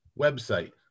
website